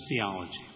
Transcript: theology